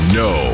no